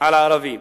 על הערבי.